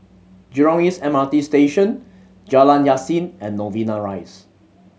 Jurong East M R T Station Jalan Yasin and Novena Rise